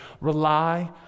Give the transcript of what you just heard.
rely